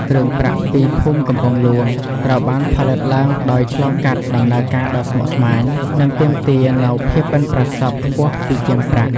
គ្រឿងប្រាក់ពីភូមិកំពង់ហ្លួង ត្រូវបានផលិតឡើងដោយឆ្លងកាត់ដំណើរការដ៏ស្មុគស្មាញ និងទាមទារនូវភាពប៉ិនប្រសប់ខ្ពស់ពីជាងប្រាក់។